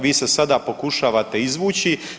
Vi se sada pokušavate izvući.